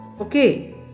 okay